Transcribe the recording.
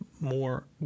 more